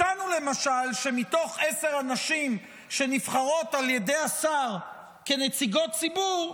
הצענו למשל שמתוך עשר הנשים שנבחרות על ידי השר כנציגות ציבור,